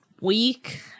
week